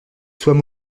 soient